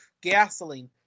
gasoline